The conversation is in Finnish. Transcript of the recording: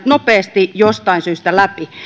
nopeasti jostain syystä läpi